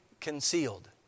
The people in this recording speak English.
concealed